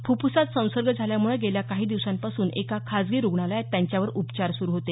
फुफ्फुसात संसर्ग झाल्यामुळं गेल्या काही दिवसांपासून एका खाजगी रूग्णालयात त्यांच्यावर उपचार सुरू होते